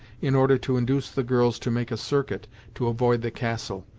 in order to induce the girls to make a circuit to avoid the castle,